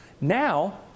Now